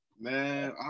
Man